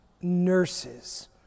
nurses